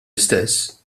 istess